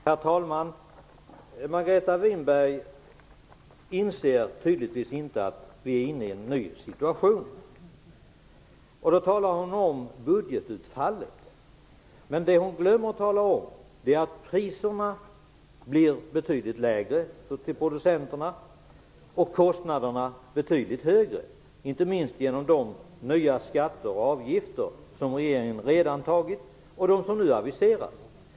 Herr talman! Tydligen inser inte Margareta Winberg att vi befinner oss i en ny situation. Hon talar om budgetutfallet men glömmer att säga att priserna blir betydligt lägre till producenterna och att kostnaderna blir betydligt högre, inte minst genom de nya skatter och avgifter som regeringen redan tagit och som nu aviseras.